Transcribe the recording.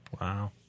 Wow